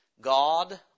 God